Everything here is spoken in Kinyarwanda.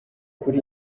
kuri